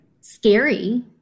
scary